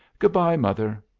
good-by, mother.